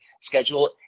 schedule